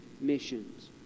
missions